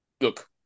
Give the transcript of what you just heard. look